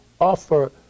offer